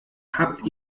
habt